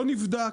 לא נבדק,